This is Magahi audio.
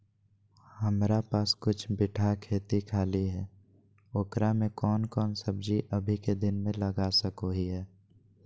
हमारा पास कुछ बिठा खेत खाली है ओकरा में कौन कौन सब्जी अभी के दिन में लगा सको हियय?